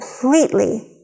completely